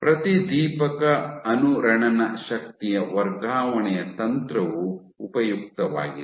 ಪ್ರತಿದೀಪಕ ಅನುರಣನ ಶಕ್ತಿ ವರ್ಗಾವಣೆಯ ತಂತ್ರವು ಉಪಯುಕ್ತವಾಗಿದೆ